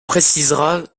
précisera